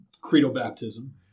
credo-baptism